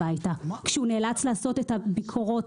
כשהוא נאלץ לעשות את הביקורות,